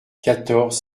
quatorze